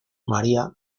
maria